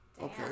okay